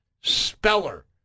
speller